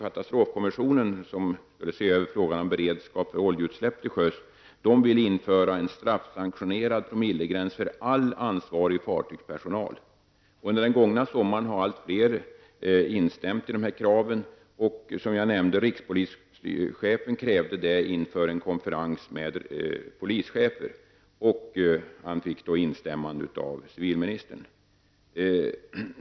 Katastrofkommissionen, som skulle se över frågan om beredskap vid oljeutsläpp till sjöss, vill införa en straffsanktionerad promillegräns för all ansvarig fartygspersonal. Under den gångna sommaren har allt fler instämt i dessa krav. Rikspolischefen krävde detta inför en konferens med polischefer. Som jag nämnde fick han instämmande från civilministern.